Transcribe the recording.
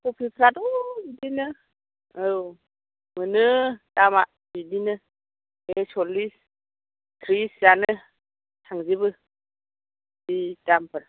कबिफ्राथ' बिदिनो औ मोनो दामआ बिदिनो बे सल्लिस त्रिसआनो थांजोबो जि दामफोर